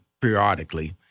periodically